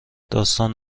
داستان